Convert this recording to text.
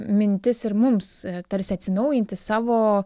mintis ir mums tarsi atsinaujinti savo